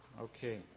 okay